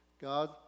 God